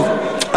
טוב,